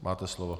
Máte slovo.